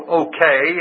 okay